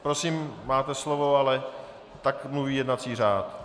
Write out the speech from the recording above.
Prosím, máte slovo, ale tak mluví jednací řád.